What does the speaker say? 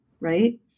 right